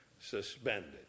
suspended